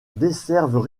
desservent